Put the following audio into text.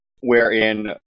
wherein